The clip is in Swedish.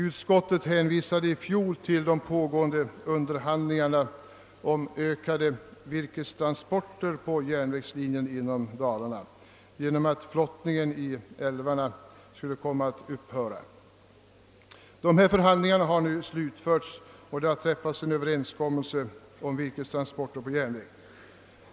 Utskottet hänvisade i fjol till de pågående förhandlingarna angående ökade virkestransporter på järnvägslinjerna inom Dalarna till följd av att flottningen på älvarna skulle komma att upphöra. Dessa förhandlingar har nu slutförts och det har träffats en överenskommelse om virkestransporter på järnväg.